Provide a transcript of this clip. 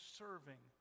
serving